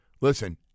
Listen